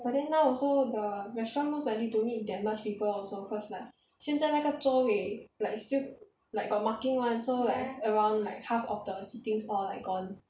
but then now also the restaurant most likely don't need that much people also cause like 现在那个坐位 like still like got marking [one] so like around like half of the sittings all like gone